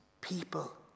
people